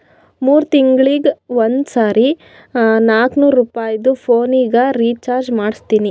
ಮೂರ್ ತಿಂಗಳಿಗ ಒಂದ್ ಸರಿ ನಾಕ್ನೂರ್ ರುಪಾಯಿದು ಪೋನಿಗ ರೀಚಾರ್ಜ್ ಮಾಡ್ತೀನಿ